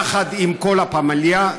יחד עם כל הפמליה,